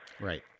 Right